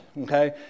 okay